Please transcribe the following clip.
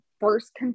first